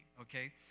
okay